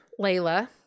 layla